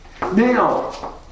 Now